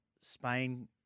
Spain